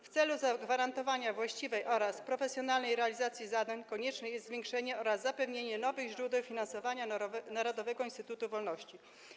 W celu zagwarantowania właściwej oraz profesjonalnej realizacji zadań konieczne jest zwiększenie oraz zapewnienie nowych źródeł finansowania Narodowego Instytutu Wolności.